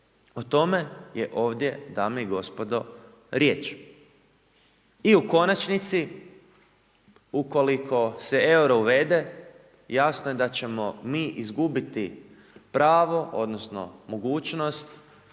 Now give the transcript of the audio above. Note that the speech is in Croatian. O tome je ovdje dame i gospodo riječ. I u konačnici ukoliko se EURO uvede jasno je da ćemo mi izgubiti pravo odnosno mogućnost